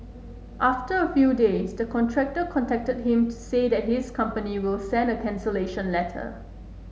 after a few days the contractor contacted him to say that his company will send a cancellation letter